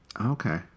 Okay